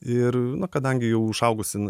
ir na kadangi jau išaugusi